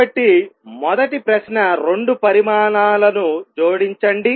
కాబట్టి మొదటి ప్రశ్న రెండు పరిమాణాలను జోడించండి